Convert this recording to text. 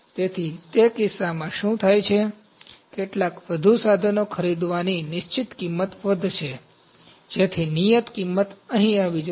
તેથી તે કિસ્સામાં શું થાય છે કેટલાક વધુ સાધનો ખરીદવાની નિશ્ચિત કિંમત વધશે જેથી નિયત કિંમત અહીં કંઈક આવી જશે